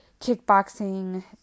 kickboxing